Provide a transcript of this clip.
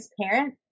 transparent